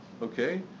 Okay